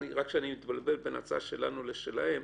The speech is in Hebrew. אני מתבלבל בין ההצעה שלנו להצעה שלהם.